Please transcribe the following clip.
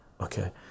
Okay